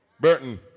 Burton